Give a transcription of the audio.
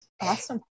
Awesome